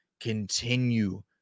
continue